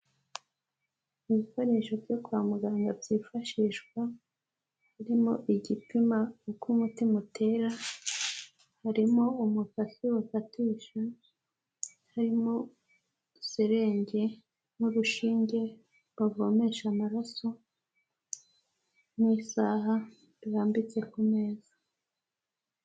Ibikoresho byo kwa muganga byifashishwa birimo igipima uko umutima utera, harimo umukasi bakatisha, harimo serenge n'urushinge bavomesha amaraso, n'isaha birambitse kumeza.